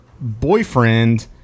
boyfriend